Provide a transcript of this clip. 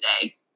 today